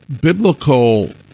biblical